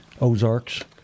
Ozarks